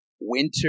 winter